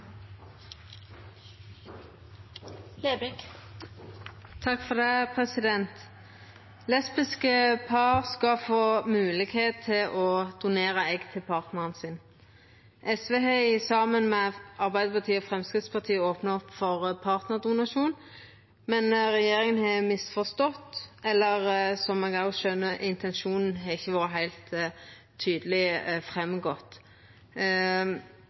Lesbiske par skal få moglegheit til å donera egg til partnaren sin. SV har saman med Arbeidarpartiet og Framstegspartiet opna opp for partnardonasjon, men regjeringa har misforstått, eller intensjonen har, som eg skjønar, ikkje gått heilt tydeleg fram. Dermed har dette til no berre vore